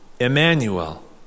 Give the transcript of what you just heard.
Emmanuel